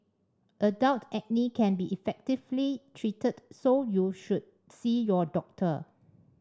adult acne can be effectively treated so you should see your doctor